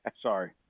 Sorry